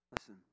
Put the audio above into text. Listen